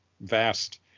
vast